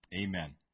Amen